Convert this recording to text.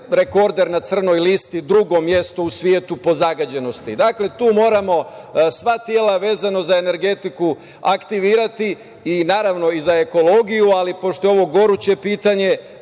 rekorder na crnoj listi, drugo mesto u svetu po zagađenosti. Dakle, tu moramo da sva tela, vezano za energetiku, aktivirati i, naravno, za ekologiju, ali pošto je ovo goruće pitanje,